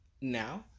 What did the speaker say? now